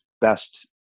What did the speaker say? best